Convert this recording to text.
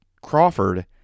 Crawford